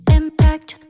impact